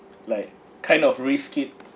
like kind of risk it